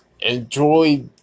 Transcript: enjoy